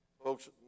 Folks